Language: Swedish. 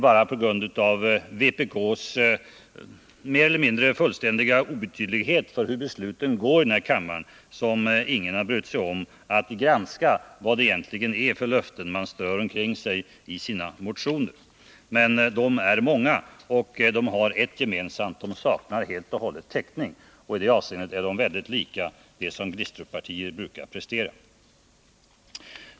Bara på grund av vpk:s mer eller mindre fullständiga obetydlighet när det gäller hur besluten går i denna kammare har ingen brytt sig om vilka löften vpk egentligen strör omkring sig i sina motioner. Men löftena är många och har ett gemensamt: de saknar helt och hållet täckning. I det avseendet är de väldigt lika dem som Glistruppartier brukar prestera.